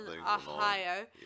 Ohio